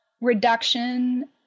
reduction